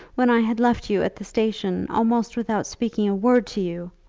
when i had left you at the station almost without speaking a word to you!